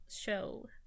show